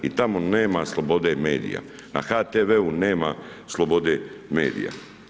I tamo nema slobode medija, na HTV-u nema slobode medija.